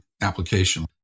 application